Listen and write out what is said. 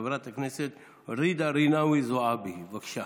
חברת הכנסת ג'ידא רינאוי זועבי, בבקשה.